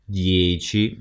dieci